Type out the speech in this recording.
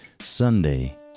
Sunday